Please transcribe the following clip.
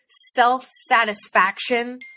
self-satisfaction